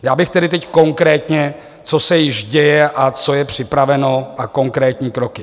Já bych tedy teď konkrétně, co se již děje a co je připraveno, a konkrétní kroky.